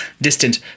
distant